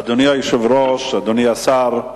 אדוני היושב-ראש, אדוני השר,